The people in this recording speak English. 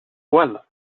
well